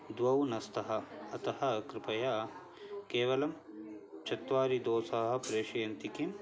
द्वौ न स्तः अतः कृपया केवलं चत्वारिदोसाः प्रेषयन्ति किम्